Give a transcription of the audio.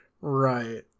right